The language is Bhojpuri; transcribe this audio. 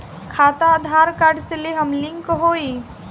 खाता आधार कार्ड से लेहम लिंक होई?